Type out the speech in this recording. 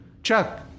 Chuck